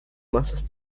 masas